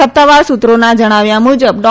સત્તાવાર સુત્રોના જણાવ્યા મુજબ ડા